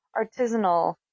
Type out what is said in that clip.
artisanal